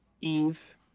Eve